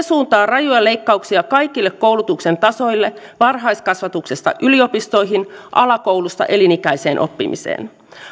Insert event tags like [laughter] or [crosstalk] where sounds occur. [unintelligible] suuntaa rajuja leikkauksia kaikille koulutuksen tasoille varhaiskasvatuksesta yliopistoihin alakoulusta elinikäiseen oppimiseen